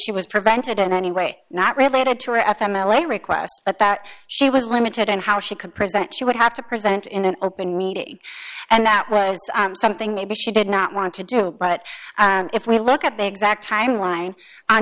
she was prevented in any way not related to a f m l a request but that she was limited in how she could present she would have to present in an open meeting and that was something maybe she did not want to do but if we look at the exact timeline on